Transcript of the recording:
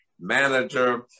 manager